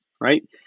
right